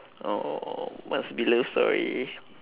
oh must be love story